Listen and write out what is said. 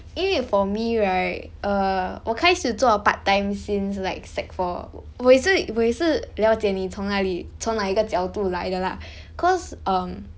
因为 for me right err 我开始做 part time since like sec four 我也是我也是了解你从哪里从哪一个角度来的 lah cause um